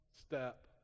step